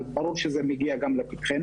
אבל ברור שזה גם מגיע לפתחנו.